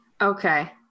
Okay